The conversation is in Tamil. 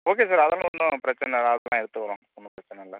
ஓகே சார் அதல்லாம் ஒன்றும் பிரச்சனை இல்லை அதல்லாம் எடுத்துக்கிறோம் ஒன்றும் பிரச்சனை இல்லை